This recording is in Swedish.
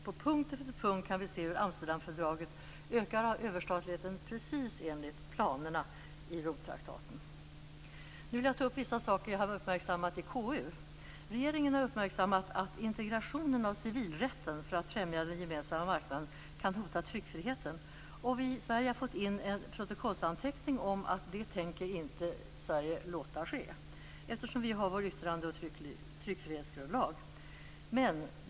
På punkt efter punkt kan vi se hur Amsterdamfördraget ökar överstatligheten precis enligt planerna i Romtraktaten. Nu skall jag ta upp vissa saker jag har uppmärksammat i KU. Regeringen har uppmärksammat att integrationen av civilrätten för att främja den gemensamma marknaden kan hota tryckfriheten, och Sverige har fått in en protokollsanteckning om att vi inte tänker låta det ske, eftersom vi har vår yttrande och tryckfrihetsgrundlag.